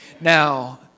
Now